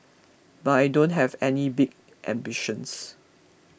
but I don't have any big ambitions